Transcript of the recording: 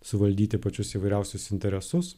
suvaldyti pačius įvairiausius interesus